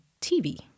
TV